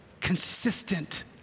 consistent